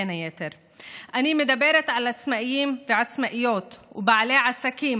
אני מדבר על עצמאים ועצמאיות ובעלי עסקים